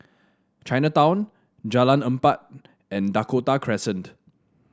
Chinatown Jalan Empat and Dakota Crescent